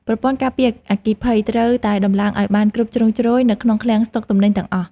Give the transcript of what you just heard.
ប្រព័ន្ធការពារអគ្គិភ័យត្រូវតែដំឡើងឱ្យបានគ្រប់ជ្រុងជ្រោយនៅក្នុងឃ្លាំងស្តុកទំនិញទាំងអស់។